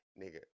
Nigga